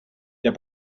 der